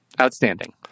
Outstanding